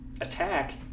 attack